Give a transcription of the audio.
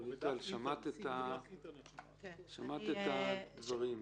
רויטל, שמעת את הדברים.